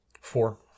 four